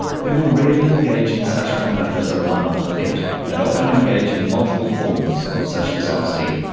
people rarely engage in such conduct as a one-off event and often engage in multiple forms of such dishonesty,